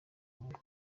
mbuga